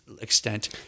extent